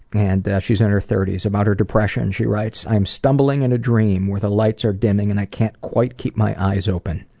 and she's in her thirty s. about her depression she writes, i am stumbling in a dream where the lights are dimming and i can't quite keep my eyes open.